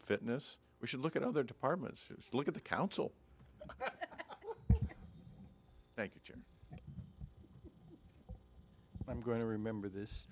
fitness we should look at other departments to look at the council thank you jim i'm going to remember this